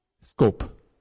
scope